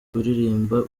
kuririmba